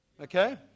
Okay